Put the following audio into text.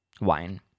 wine